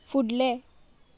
फुडलें